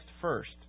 first